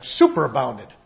superabounded